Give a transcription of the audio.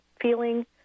feeling